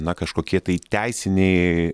na kažkokie tai teisiniai